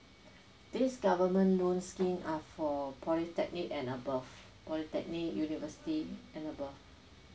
this government loan scheme are for polytechnic and above polytechnic university and above